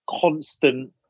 constant